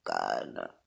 god